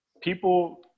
people